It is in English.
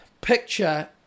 picture